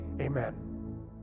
Amen